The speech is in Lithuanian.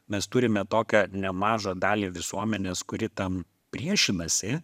mes turime tokią nemažą dalį visuomenės kuri tam priešinasi